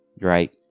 Right